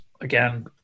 again